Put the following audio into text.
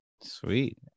sweet